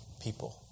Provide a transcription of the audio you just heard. people